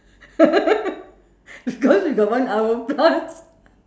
cause we got one hour plus